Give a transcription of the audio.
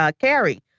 Carrie